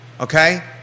Okay